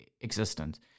existence